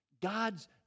God's